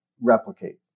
replicate